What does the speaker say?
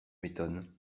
m’étonne